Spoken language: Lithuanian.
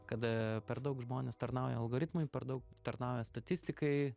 kada per daug žmonės tarnauja algoritmui per daug tarnauja statistikai